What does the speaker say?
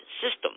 system